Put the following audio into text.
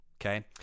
Okay